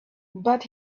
but